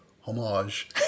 homage